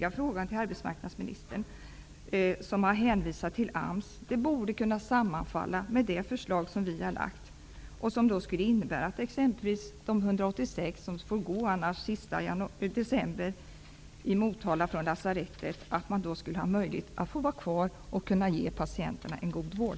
Arbetsmarknadsministern har hänvisat till AMS. Jag tycker att detta borde kunna sammanfalla med det förslag som vi har lagt fram. Det skulle innebära att de 186 som får gå den sista december från lasarettet i Motala skulle få möjlighet att vara kvar och ge patienterna en god vård.